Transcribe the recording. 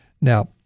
now